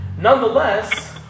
Nonetheless